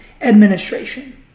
administration